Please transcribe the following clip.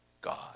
god